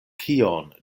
kion